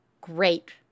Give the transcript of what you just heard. great